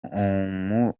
imurora